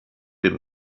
dem